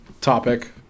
topic